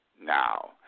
now